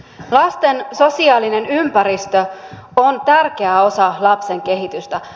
lasten sosiaalinen ympäristö on tärkeä osa lapsen kehitystä